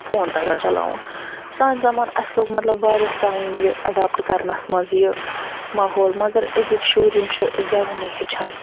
phone تَگان چَلاوُن سانہِ زَمانہٕ اَسہِ لوٚگ مطلب واریاہ ٹایم یہِ اٮ۪ڈٮ۪پٹ کرنَس منٛز یہِ ماحول مَگر أزِکی شُر یِم چھِ زیوُنُے ہٮ۪چھان